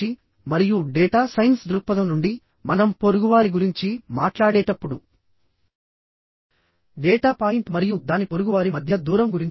ఇప్పుడు tensile strength ని ప్రభావితం చేసే వివిధ రకాలైన ఫ్యాక్టర్స్ ఏమిటో చూద్దాము